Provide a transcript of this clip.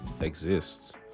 exists